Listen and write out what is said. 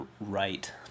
right